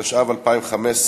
התשע"ו 2015,